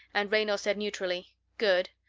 and raynor said neutrally, good.